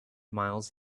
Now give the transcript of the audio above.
miles